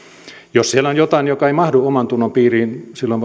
jos siellä on jotain joka ei mahdu omantunnon piiriin silloin